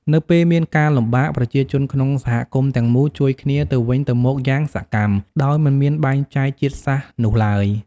នៅពេលមានការលំបាក ប្រជាជនក្នុងសហគមន៍ទាំងមូលជួយគ្នាទៅវិញទៅមកយ៉ាងសកម្ម ដោយមិនមានបែងចែកជាតិសាសន៍នោះឡើយ។